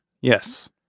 Yes